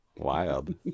wild